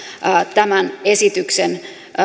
tämän esityksen